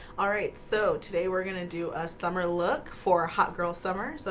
alright so today we're gonna do a summer look for hot girls summer. so